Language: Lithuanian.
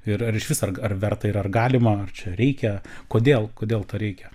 ir ar išvis ar verta ir ar galima ar čia reikia kodėl kodėl to reikia